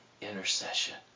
intercession